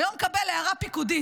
היום מקבל הערה פיקודית.